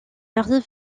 arrive